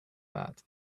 bat